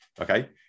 okay